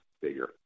figure